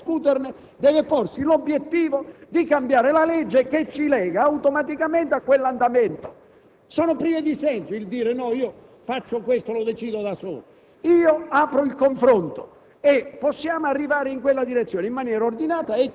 vuole ritoccare questo punto (e sono disponibile a discuterne), deve porsi l'obiettivo di cambiare la legge che ci lega automaticamente a quell'andamento. È privo di senso il rifiutare, il decidere da solo. Io apro il confronto